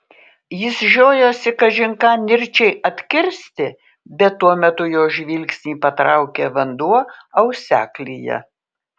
jis žiojosi kažin ką nirčiai atkirsti bet tuo metu jo žvilgsnį patraukė vanduo auseklyje